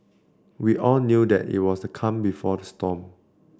we all knew that it was the calm before the storm